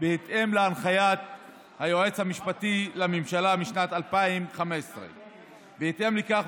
בהתאם להנחיית היועץ המשפטי לממשלה משנת 2015. בהתאם לכך,